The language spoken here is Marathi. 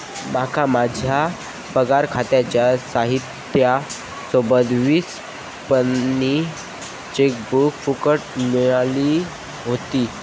माका माझ्या पगार खात्याच्या साहित्या सोबत वीस पानी चेकबुक फुकट मिळाली व्हती